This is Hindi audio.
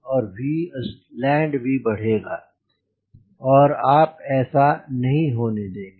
Vland भी बढ़ेगा और आप ऐसा नहीं होने देंगे